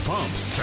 Pumps